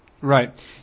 Right